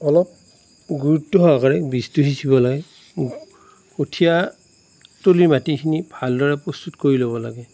অলপ গুৰুত্বসহকাৰে বীজটো সিঁচিঁ পেলাই কঠীয়াতলিৰ মাটিখিনি ভালদৰে প্ৰস্তুত কৰি ল'ব লাগে